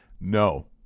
No